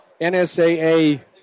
NSAA